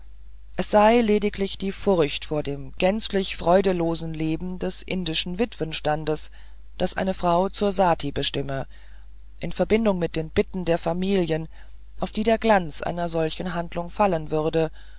es sei lediglich die furcht vor dem gänzlich freudelosen leben des indischen witwenstandes die eine frau zur sati bestimme in verbindung mit den bitten der familie auf die der glanz einer solchen handlung fallen würde